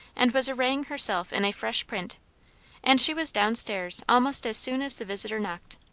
and was arraying herself in a fresh print and she was down-stairs almost as soon as the visitor knocked.